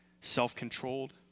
self-controlled